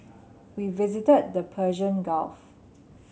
we visited the Persian Gulf